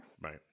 Right